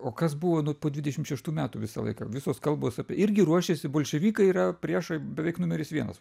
o kas buvo po dvidešim šeštų metų visą laiką visos kalbos apie irgi ruošėsi bolševikai yra priešai beveik numeris vienas